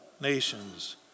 nations